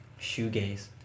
shoegaze